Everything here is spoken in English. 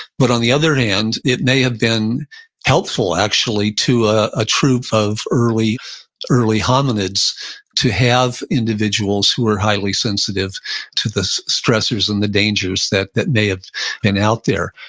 but on the other hand, it may have been helpful actually to ah a troupe of early early hominids to have individuals who are highly sensitive to the stressors and the dangers that that may have been out there.